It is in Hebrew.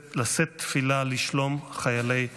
לשאת תפילה לשלום חיילי צה"ל.